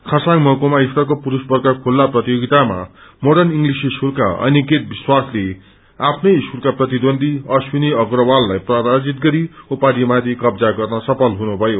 खरसाङ महकुमा स्तरको पुरूष वर्ग खुल्ला प्रतियोगितामा मोर्डन इम्लिश स्कूलका अनिकेत विश्वासले आफ्नै स्कूलका प्रतिद्वन्दी अश्विनी अप्रवासलाई पराजित गरी उपाधिमाथि कब्जा गर्न सफल हुनुभयो